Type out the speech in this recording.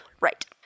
Right